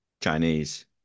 Chinese